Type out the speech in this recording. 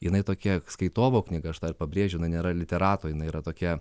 jinai tokia skaitovo knyga aš tą ir pabrėžiu jinai nėra literato jinai yra tokia